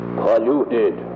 polluted